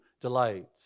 delight